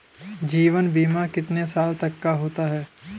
जीवन बीमा कितने साल तक का होता है?